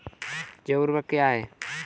जैव ऊर्वक क्या है?